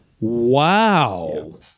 Wow